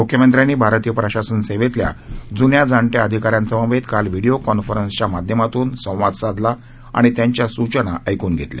मुख्यमंत्र्यांनी भारतीय प्रशासन सेवेतल्या जुन्या जाणत्या अधिकाऱ्यांसमवेत काल व्हिडीओ कॉन्फरन्सच्या माध्यमातून संवाद साधला आणि त्यांच्या सूचना ऐकून घेतल्या